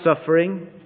suffering